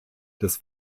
des